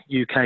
UK